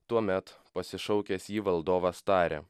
tuomet pasišaukęs jį valdovas tarė